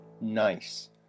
Nice